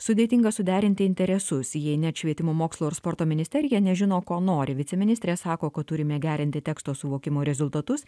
sudėtinga suderinti interesus jei net švietimo mokslo ir sporto ministerija nežino ko nori viceministrė sako kad turime gerinti teksto suvokimo rezultatus